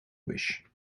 wish